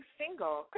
single